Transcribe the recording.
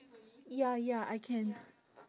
ya ya I can